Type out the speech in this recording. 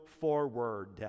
forward